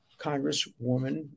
Congresswoman